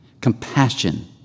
compassion